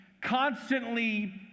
constantly